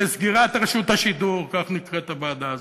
לסגירת רשות השידור, כך נקראת הוועדה הזאת,